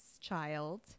child